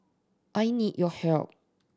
I need your help